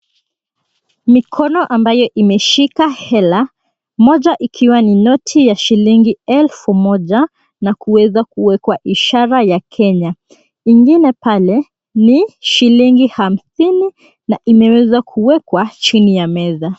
Mikono ambayo imeshika hela moja ikiwa ni noti ya shilingi elfu moja na kuweza kuwekwa ishara ya Kenya. Ingine pale ni shilingi hamsini na imewezwa kuwekwa chini ya meza.